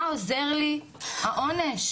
מה עוזר לי העונש?